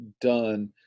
done